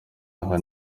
aha